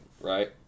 right